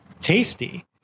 tasty